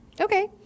Okay